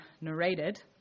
narrated